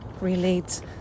relates